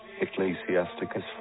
Ecclesiasticus